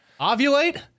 ovulate